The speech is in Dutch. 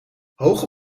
hoge